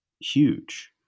huge